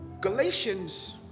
Galatians